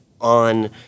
on